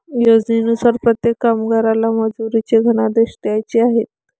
योजनेनुसार प्रत्येक कामगाराला मजुरीचे धनादेश द्यायचे आहेत